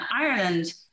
Ireland